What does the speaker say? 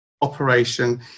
operation